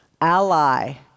ally